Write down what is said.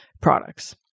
products